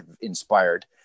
inspired